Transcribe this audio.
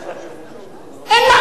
אין מעקות.